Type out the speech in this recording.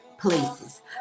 places